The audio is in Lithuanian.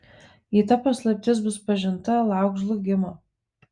jei ta paslaptis bus pažinta lauk žlugimo